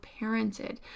parented